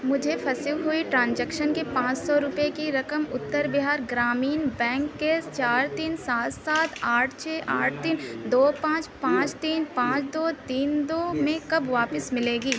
مجھے پھنسی ہوئی ٹرانجیکشن کے پانچ سو روپئے کی رقم اتر بہار گرامین بینک کے چار تین سات سات آٹھ چھ آٹھ تین دو پانچ پانچ تین پانچ دو تین دو میں کب واپس ملے گی